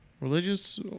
religious